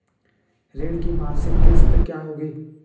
ऋण की मासिक किश्त क्या होगी?